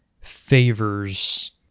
favors